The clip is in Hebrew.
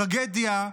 טרגדיה,